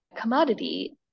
commodity